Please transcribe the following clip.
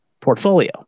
portfolio